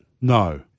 No